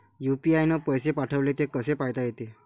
UPI न पैसे पाठवले, ते कसे पायता येते?